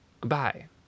Goodbye